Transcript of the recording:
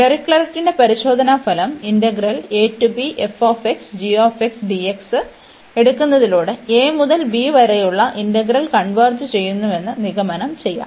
ഡിറിക്ലെറ്റിന്റെ പരിശോധന ഫലo എടുക്കുന്നതിലൂടെ a മുതൽ b വരെയുള്ള ഇന്റഗ്രൽ കൺവെർജ് ചെയ്യുന്നുവെന്ന് നിഗമനം ചെയ്യാം